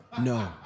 No